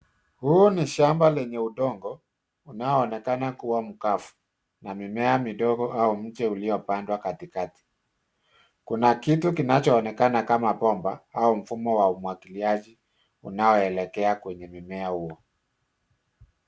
Huu ni shamba lenye udongo unaonekana kuwa mkavu na mimea midogo au mche uliopandwa katikati. Kuna kitu kinachoonekana kama bomba au mfumo wa umwangiliaji unaoelekea kwenye mimea huo.